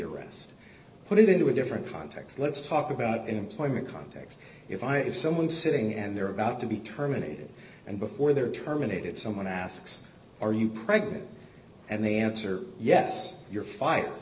arrest put it into a different context let's talk about employment context if i if someone sitting and they're about to be terminated and before they're terminated someone asks are you pregnant and they answer yes you're fire